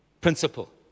principle